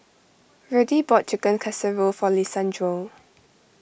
Verdie bought Chicken Casserole for Lisandro